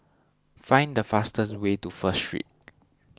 find the fastest way to First Street